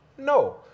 No